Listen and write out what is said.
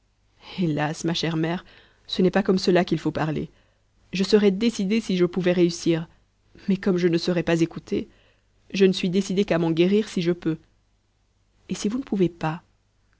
hélas ma chère mère ce n'est pas comme cela qu'il faut parler je serais décidé si je pouvais réussir mais comme je ne serais pas écouté je ne suis décidé qu'à m'en guérir si je peux et si vous ne pouvez pas